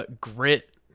grit